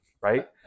Right